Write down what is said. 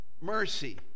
mercy